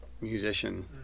musician